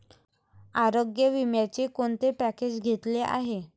आरोग्य विम्याचे कोणते पॅकेज घेतले आहे?